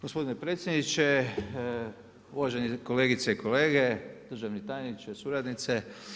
Gospodine predsjedniče, uvažene kolegice i kolege, državni tajniče, suradnice.